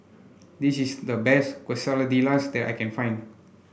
this is the best Quesadillas that I can find